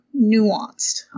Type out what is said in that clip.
nuanced